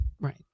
Right